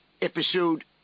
episode